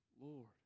Lord